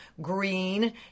green